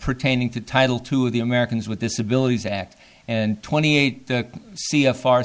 pertaining to title two of the americans with disabilities act and twenty eight